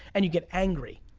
and you get angry.